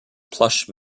plush